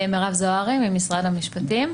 בבקשה, מירב זוהרי ממשרד המשפטים.